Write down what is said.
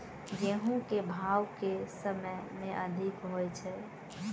गेंहूँ केँ भाउ केँ समय मे अधिक होइ छै?